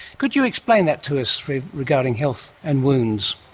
could you explain that to us regarding health and wounds?